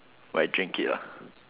like drink it lah